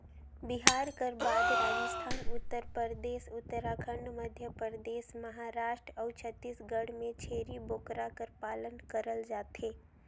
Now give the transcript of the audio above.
बिहार कर बाद राजिस्थान, उत्तर परदेस, उत्तराखंड, मध्यपरदेस, महारास्ट अउ छत्तीसगढ़ में छेरी बोकरा कर पालन करल जाथे